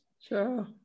Sure